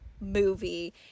movie